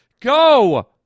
Go